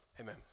Amen